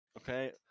Okay